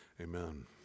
amen